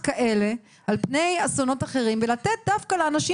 כאלה על פני אסונות אחרים ולתת דווקא לאנשים